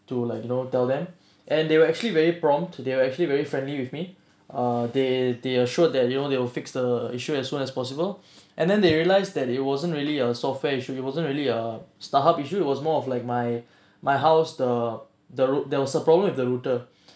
to like you know tell them and they were actually very prompt too they were actually very friendly with me ah they they assured that you know they will fix the issue as soon as possible and then they realized that it wasn't really a software issue it wasn't really a starhub issue it was more of like my my house the the route~ there was a problem with the router